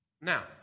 now